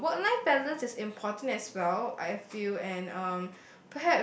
uh work life balance is important as well I feel and um